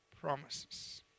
promises